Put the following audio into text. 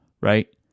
right